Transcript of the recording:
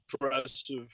impressive